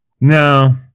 No